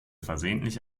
versehentlich